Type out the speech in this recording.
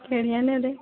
ਕਿਹੜੀਆਂ ਨੇ ਉਰੇ